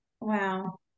wow